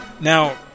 Now